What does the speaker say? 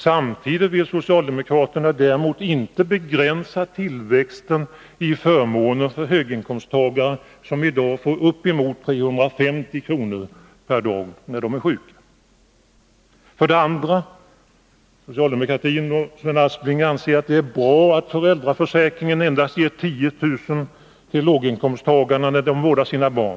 Samtidigt vill man däremot inte begränsa tillväxten i förmåner för de höginkomsttagare som i dag får uppemot 350 kr. per dag när de är sjuka. För det andra anser socialdemokratin och Sven Aspling att det är bra att föräldraförsäkringen endast ger 10 000 kr. till låginkomsttagarna när de vårdar sina barn.